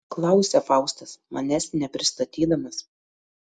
klausia faustas manęs nepristatydamas